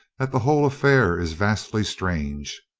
that the whole af fair is vastly strange.